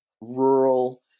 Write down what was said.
rural